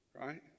right